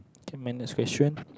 then my next question